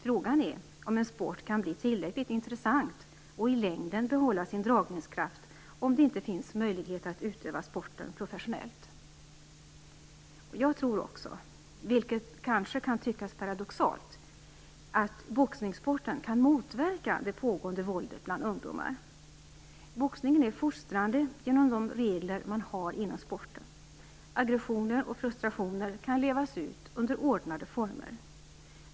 Frågan är om en sport kan bli tillräckligt intressant och i längden behålla sin dragningskraft om det inte finns möjlighet att utöva sporten professionellt. Jag tror också - vilket kanske kan tyckas paradoxalt - att boxningssporten kan motverka det pågående våldet bland ungdomar. Boxningen är fostrande genom de regler man har inom sporten. Aggressioner och frustrationer kan levas ut under ordnade former.